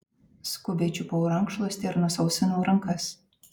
skubiai čiupau rankšluostį ir nusausinau rankas